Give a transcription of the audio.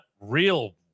real